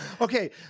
Okay